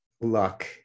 luck